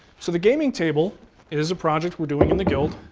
so the gaming table is a project we're doing in the guild.